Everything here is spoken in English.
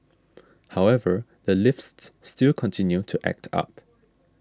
however the lifts still continue to act up